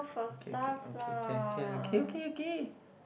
okay okay okay can can okay okay okay